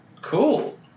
Cool